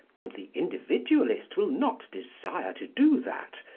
and the individualist will not desire to do that.